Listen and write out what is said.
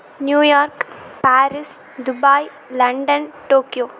New York Paris Dubai London Tokyo